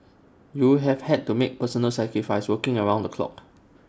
you have had to make personal sacrifices working around the clock